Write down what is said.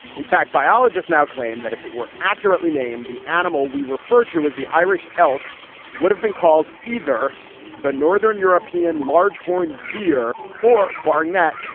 in fact biologists now claim that if it were accurately named the animal we refer to as the irish elk would have been called either the northern european large horn deer or barring that.